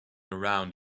around